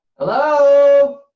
Hello